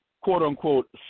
quote-unquote